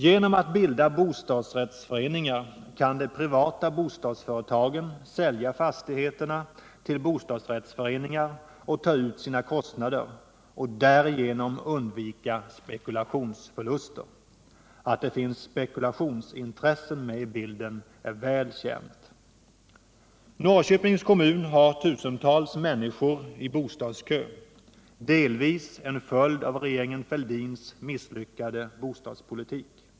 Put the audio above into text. Genom att bilda bostadsrättsföreningar kan de privata bostadsföretagen sälja fastigheter till bostadsrättsföreningar och ta ut sina kostnader och därigenom undvika spekulationsförluster. Att det finns spekulationsintressen med i bilden är väl känt. Norrköpings kommun har tusentals människor i bostadskön, delvis till följd av regeringen Fälldins misslyckade bostadspolitik.